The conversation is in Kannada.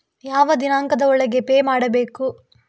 ಯಾವ ದಿನಾಂಕದ ಒಳಗೆ ಪೇ ಮಾಡಬೇಕು?